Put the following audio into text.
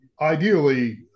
ideally